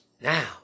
Now